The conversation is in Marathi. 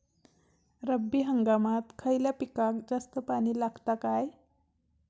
रब्बी हंगामात खयल्या पिकाक जास्त पाणी लागता काय?